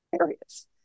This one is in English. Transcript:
areas